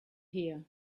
here